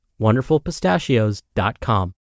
wonderfulpistachios.com